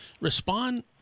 respond